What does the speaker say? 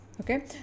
Okay